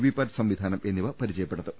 V PAT സംവിധാനം എന്നിവ പരിചയപ്പെ ടുത്തും